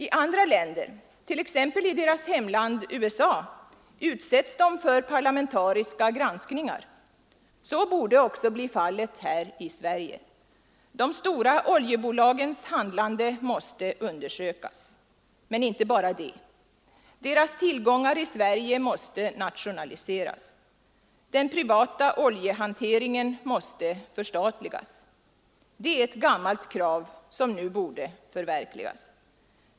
I andra länder, t.ex. i deras hemland USA, utsätts de för parlamentariska granskningar. Så borde också bli fallet här i Sverige. De stora oljebolagens handlande måste undersökas. Men inte bara det. Deras tillgångar i Sverige måste nationaliseras. Den privata oljehanteringen måste förstatligas. Det är ett gammalt krav, som nu borde förverkligas.